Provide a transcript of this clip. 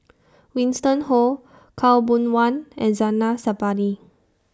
Winston Oh Khaw Boon Wan and Zainal Sapari